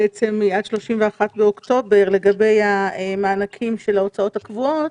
עד ה-31 באוקטובר לגבי המענקים של ההוצאות הקבועות.